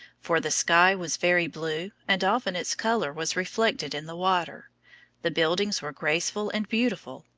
for the sky was very blue, and often its color was reflected in the water the buildings were graceful and beautiful,